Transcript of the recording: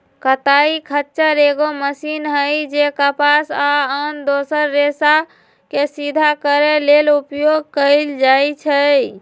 कताइ खच्चर एगो मशीन हइ जे कपास आ आन दोसर रेशाके सिधा करे लेल उपयोग कएल जाइछइ